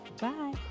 bye